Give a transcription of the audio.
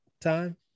time